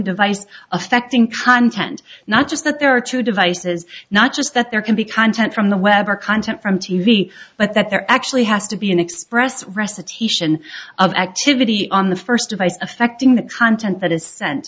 device affecting content not just that there are two devices not just that there can be content from the web or content from t v but that there actually has to be an express recitation of activity on the first device affecting the content that is sent